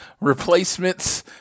replacements